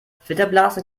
filterblasen